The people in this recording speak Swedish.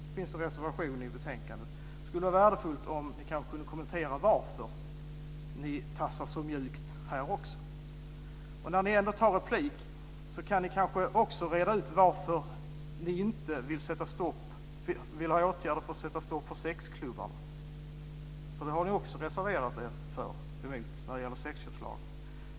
Det finns en reservation i betänkandet. Det skulle vara värdefullt om ni kunde kommentera varför ni tassar så mjukt även här. När ni ändå tar replik, kan ni kanske också reda ut varför ni inte vill införa åtgärder för att sätta stopp för sexklubbar. Det har ni också reserverat er mot i fråga om sexköpslagen.